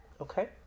Okay